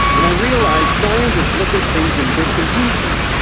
and i realised scientists look at things in bits and pieces,